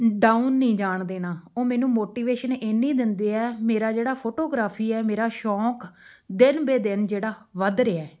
down ਨਹੀਂ ਜਾਣ ਦੇਣਾ ਉਹ ਮੈਨੂੰ ਮੋਟੀਵੇਸ਼ਨ ਇੰਨੀ ਦਿੰਦੇ ਹੈ ਮੇਰਾ ਜਿਹੜਾ ਫ਼ੋਟੋਗ੍ਰਾਫ਼ੀ ਹੈ ਮੇਰਾ ਸ਼ੌਕ ਦਿਨ ਬ ਦਿਨ ਜਿਹੜਾ ਵੱਧ ਰਿਹਾ